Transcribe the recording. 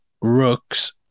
rooks